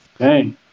Okay